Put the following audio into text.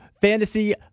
Fantasy